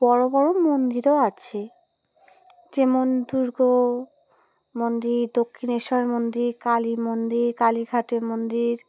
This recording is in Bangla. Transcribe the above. বড়ো বড়ো মন্দিরও আছে যেমন দুর্গা মন্দির দক্ষিণেশ্বর মন্দির কালী মন্দির কালীঘাটের মন্দির